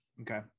Okay